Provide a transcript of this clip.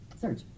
Search